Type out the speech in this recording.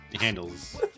handles